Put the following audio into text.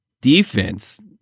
defense